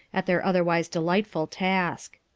at their otherwise delightful task.